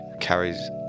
carrie's